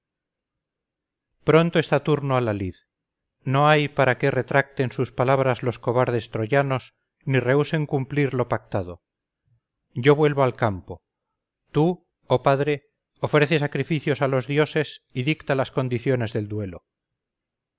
pronto está turno a la lid no hay para qué retracten sus palabras los cobardes troyanos ni rehúsen cumplir lo pactado yo vuelvo al campo tú oh padre ofrece sacrificios a los dioses y dicta las condiciones del duelo